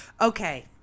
Okay